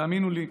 תאמינו לי,